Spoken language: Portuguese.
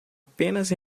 apenas